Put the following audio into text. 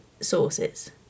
sources